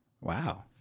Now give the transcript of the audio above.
Wow